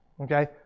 Okay